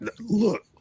Look